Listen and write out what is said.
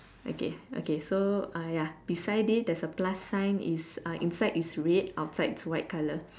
okay okay so ah ya beside it there's a plus sign is uh inside is red outside is white colour